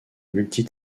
multi